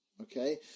Okay